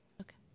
okay